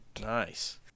Nice